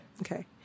Okay